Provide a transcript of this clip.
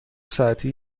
ساعتی